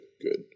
good